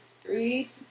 three